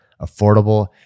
affordable